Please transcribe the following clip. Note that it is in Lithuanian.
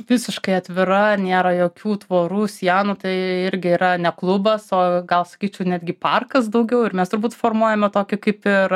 visiškai atvira nėra jokių tvorų sienų tai irgi yra ne klubas o gal sakyčiau netgi parkas daugiau ir mes turbūt formuojame tokį kaip ir